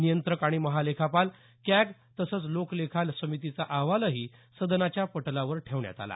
नियंत्रक आणि महालेखापाल कॅग तसंच लोकलेखा समितीचा अहवालही सदनाच्या पटलावर ठेवण्यात आला